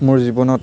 মোৰ জীৱনত